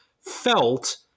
felt